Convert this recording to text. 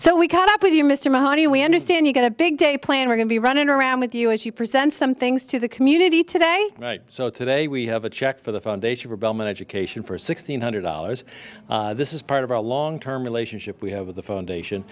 so we can up with you mr mahoney we understand you've got a big day planned we're going to be running around with you as you present some things to the community today so today we have a check for the foundation for bellman education for six hundred dollars this is part of our long term relationship we have with the foundation